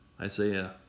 Isaiah